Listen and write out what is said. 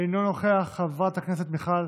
לסעיף 41(ד),